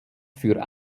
für